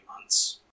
months